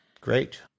great